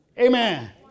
Amen